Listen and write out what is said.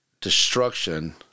destruction